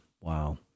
Wow